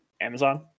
Amazon